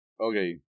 Okay